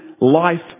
life